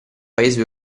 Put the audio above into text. paese